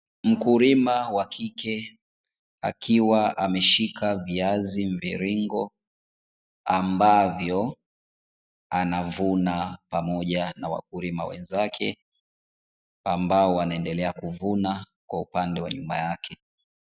Mkulima wa kike akiwa ameshika viazi mviringo, ambavyo anavuna pamoja na wakulima wenzake ambao wanaendelea kuvuna kwa upande wa nyuma yake.